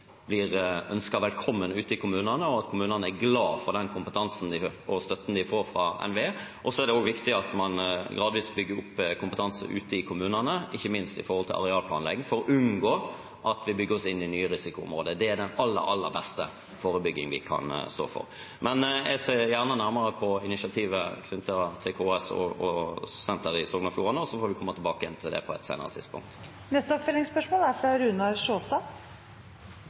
blir ønsket velkommen ute i kommunene, og at kommunene er glade for den kompetansen og støtten de får fra NVE. Det er også viktig at man gradvis bygger opp kompetanse ute i kommunene, ikke minst når det gjelder arealplanlegging, for å unngå at vi bygger oss inn i nye risikoområder. Det er den aller, aller beste forebyggingen vi kan stå for. Men jeg ser gjerne nærmere på initiativet knyttet til KS og et senter i Sogn og Fjordane, og så får vi komme tilbake igjen til det på et senere tidspunkt. Runar Sjåstad – til oppfølgingsspørsmål.